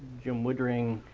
jim woodring,